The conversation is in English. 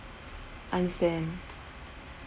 understand